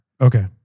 Okay